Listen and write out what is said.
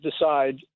decide